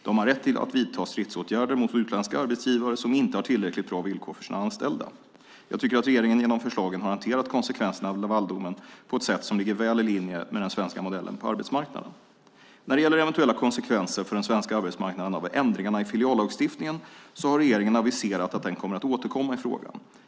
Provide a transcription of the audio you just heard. De har rätt att vidta stridsåtgärder mot utländska arbetsgivare som inte har tillräckligt bra villkor för sina anställda. Jag tycker att regeringen genom förslagen har hanterat konsekvenserna av Lavaldomen på ett sätt som ligger väl i linje med den svenska modellen på arbetsmarknaden. När det gäller eventuella konsekvenser för den svenska arbetsmarknaden av ändringarna i filiallagstiftningen har regeringen aviserat att den kommer att återkomma i frågan.